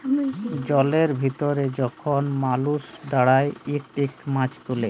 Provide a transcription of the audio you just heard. জলের ভিতরে যখল মালুস দাঁড়ায় ইকট ইকট মাছ তুলে